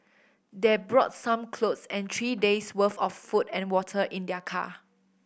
they brought some clothes and three days' worth of food and water in their car